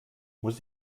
muss